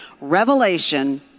Revelation